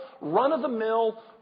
run-of-the-mill